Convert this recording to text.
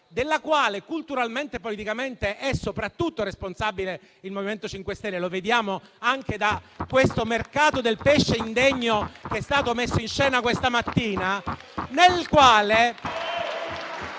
della quale culturalmente e politicamente è soprattutto responsabile il MoVimento 5 Stelle - lo vediamo anche dal mercato del pesce indegno che è stato messo in scena questa mattina - per il quale